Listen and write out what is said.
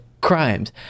crimes